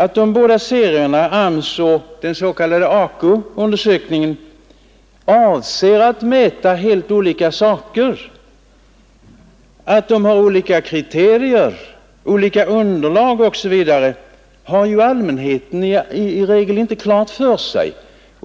Att de båda serierna, AMS:s och den s.k. AKU-undersökningen, avser att mäta helt olika saker, att de har olika kriterier, olika underlag osv. har ju allmänheten i regel inte klart för sig.